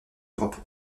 repos